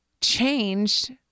changed